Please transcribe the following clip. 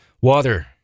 Water